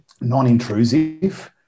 Non-intrusive